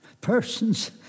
persons